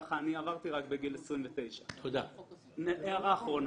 כך אני עברתי, רק בגיל 29. הערה אחרונה,